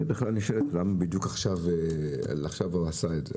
נשאלת השאלה למה בדיוק עכשיו הוא עשה את זה?